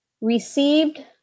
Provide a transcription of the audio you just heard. received